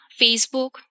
Facebook